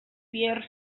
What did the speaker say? pierre